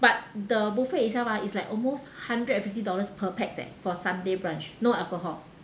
but the buffet itself ah is like almost hundred and fifty dollars per pax leh for sunday brunch no alcohol